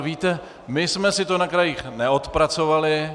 Víte, my jsme si to na krajích neodpracovali.